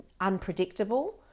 unpredictable